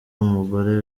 umugore